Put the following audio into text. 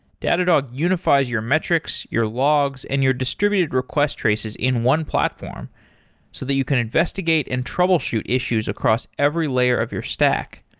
datadog unifies your metrics, your logs and your distributed request traces in one platform so that you can investigate and troubleshoot issues across every layer of your stack.